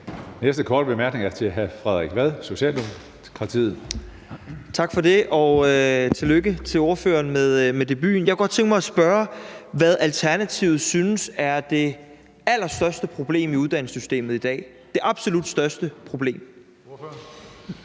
næste korte bemærkning er til hr. Frederik Vad, Socialdemokratiet. Kl. 19:53 Frederik Vad (S): Tak for det. Og tillykke til ordføreren med debuten. Jeg kunne godt tænke mig at spørge, hvad Alternativet synes er det allerstørste problem i uddannelsessystemet i dag, det absolut største problem. Kl.